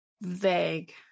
vague